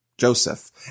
Joseph